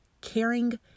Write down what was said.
caring